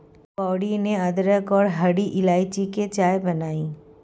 गौरी ने अदरक और हरी इलायची की चाय बनाई